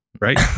Right